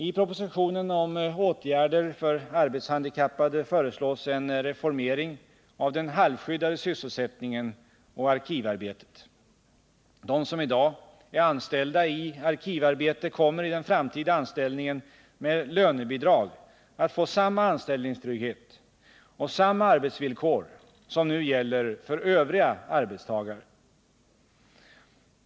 I propositionen om åtgärder för arbetshandikappade föreslås en reformering av den halvskyddade sysselsättningen och arkivarbetet. De som i dag är anställda i arkivarbete kommer i den framtida anställningen med lönebidrag att få samma anställningstrygghet och samma arbetsvillkor som nu gäller för övriga arbetstagare.